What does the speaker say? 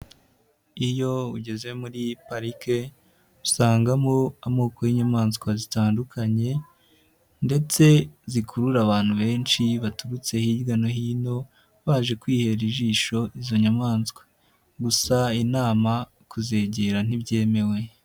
Iyo ugeze muri parike, usangamo amoko y'inyamaswa zitandukanye ndetse zikurura abantu benshi baturutse hirya no hino, baje kwihera ijisho izo nyamaswa, gusa inama kuzegera ntibyemewe.